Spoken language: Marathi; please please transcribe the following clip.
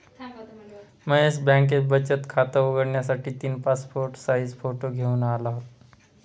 महेश बँकेत बचत खात उघडण्यासाठी तीन पासपोर्ट साइज फोटो घेऊन आला